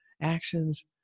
actions